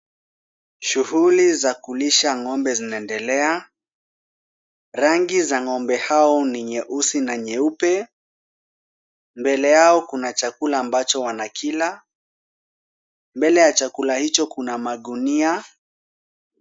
Shughuli za kulisha ngombe inaendelea. Rangi za ng'ombe hao ni weusi na weupe. Inaonekana kuna chakula ambacho wanakila. Mbele ya chakula hicho kuna magunia.